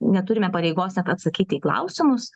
neturime pareigos atsakyti į klausimus